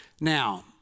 Now